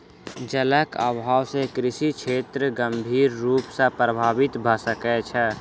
जलक अभाव से कृषि क्षेत्र गंभीर रूप सॅ प्रभावित भ सकै छै